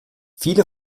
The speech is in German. viele